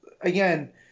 again